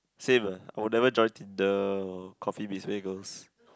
same ah I would never join Tinder or Coffee Meets Bagels